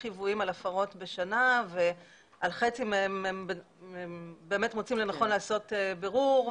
חיוויים בשנה על הפרות ועל חצי מהן הם מוצאים לנכון לעשות בירור,